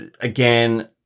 again